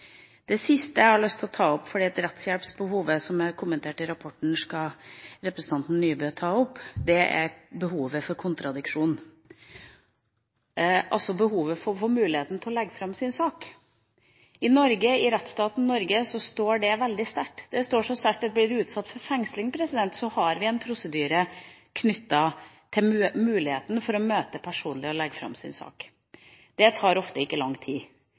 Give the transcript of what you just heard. Det siste jeg har lyst til å ta opp – for rettshjelpsbehovet som er kommentert i rapporten, skal representanten Nybø ta opp – er behovet for kontradiksjon, altså behovet for å få muligheten til å legge fram sin sak. I rettsstaten Norge står dette veldig sterkt – det står så sterkt at blir man utsatt for fengsling, har vi en prosedyre knyttet til muligheten for å møte opp personlig og legge fram sin sak. Det tar ofte ikke lang tid.